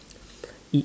i~